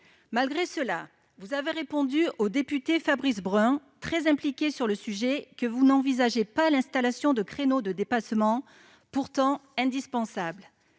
Malgré cela, vous avez répondu au député Fabrice Brun, très impliqué sur le sujet, que vous n'envisagiez pas l'installation de créneaux de dépassement, pourtant indispensables.